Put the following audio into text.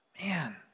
Man